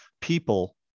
people